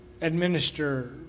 administer